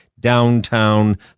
downtown